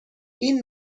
این